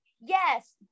yes